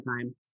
time